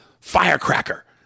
firecracker